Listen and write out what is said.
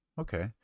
Okay